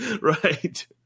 right